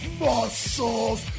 muscles